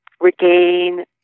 Regain